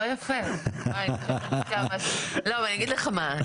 לא, אבל אני אגיד לך מה.